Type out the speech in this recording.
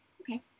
Okay